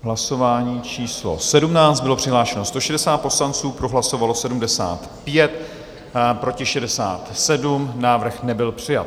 Hlasování číslo 17, bylo přihlášeno 160 poslanců, pro hlasovalo 75, proti 67, návrh nebyl přijat.